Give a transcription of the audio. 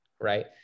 Right